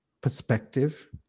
perspective